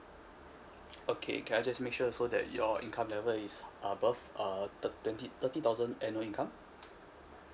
okay can I just make sure so that your income level is above uh thir~ twenty thirty thousand annual income